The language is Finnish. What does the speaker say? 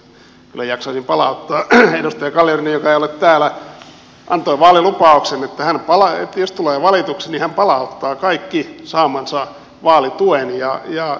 edustaja kalliorinne joka ei ole täällä antoi vaalilupauksen että jos tulee valituksi niin hän palauttaa kaiken saamansa vaalituen